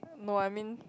no I mean